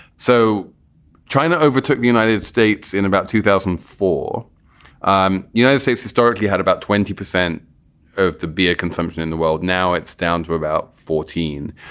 so china overtook the united states in about two thousand and four. um united states historically had about twenty percent of the beer consumption in the world. now it's down to about fourteen.